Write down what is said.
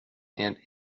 and